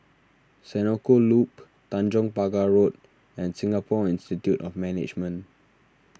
Senoko Loop Tanjong Pagar Road and Singapore Institute of Management